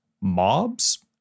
mobs